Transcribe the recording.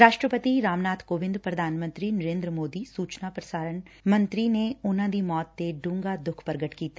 ਰਾਸ਼ਟਰਪਤੀ ਰਾਮ ਨਾਥ ਕੋਵਿੰਦ ਪ੍ਰਧਾਨ ਮੰਤਰੀ ਨਰੇਂਦਰ ਮੋਦੀ ਸੂਚਨਾ ਤੇ ਪ੍ਰਸਾਰਣ ਮੰਤਰੀ ਨੇ ਉਨੂਾਂ ਦੀ ਮੌਤ ਤੇ ਡੂੰਘਾ ਦੁੱਖ ਪ੍ਗਟ ਕੀਤਾ